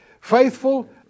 faithful